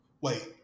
Wait